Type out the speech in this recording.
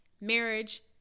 marriage